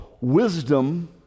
wisdom